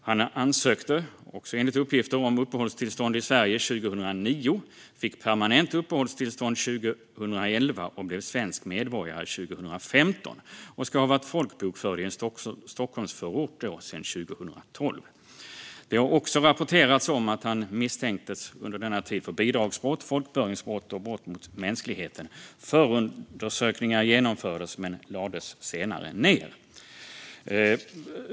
Han ansökte, också enligt uppgift, om uppehållstillstånd i Sverige 2009, fick permanent uppehållstillstånd 2011 och blev svensk medborgare 2015. Han ska ha varit folkbokförd i en Stockholmsförort sedan 2012. Det har också rapporterats om att han under denna tid misstänktes för bidragsbrott, folkbokföringsbrott och brott mot mänskligheten. Förundersökningar genomfördes men lades senare ned.